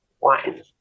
wine